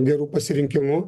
geru pasirinkimu